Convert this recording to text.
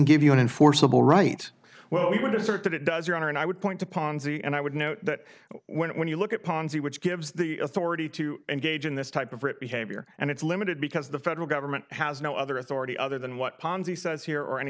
give you an enforceable right well we would assert that it does your honor and i would point to ponzi and i would note that when you look at ponzi which gives the authority to engage in this type of writ behavior and it's limited because the federal government has no other authority other than what ponzi says here or any